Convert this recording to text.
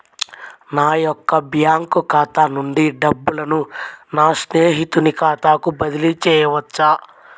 నా యొక్క బ్యాంకు ఖాతా నుండి డబ్బులను నా స్నేహితుని ఖాతాకు బదిలీ చేయవచ్చా?